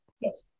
yes